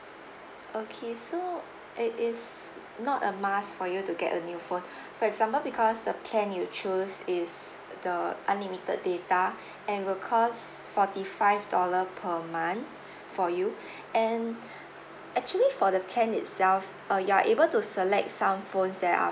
okay so it is not a must for you to get a new phone for example because the plan you chose is uh the unlimited data and will cost forty five dollar per month for you and actually for the plan itself uh you're able to select some phones there are